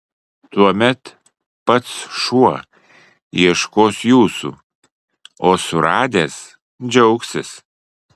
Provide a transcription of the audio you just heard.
tuomet pats šuo ieškos jūsų o suradęs džiaugsis